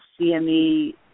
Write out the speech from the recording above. CME